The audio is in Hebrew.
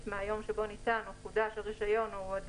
תדרים או ניתן או חודש רישיון במהלך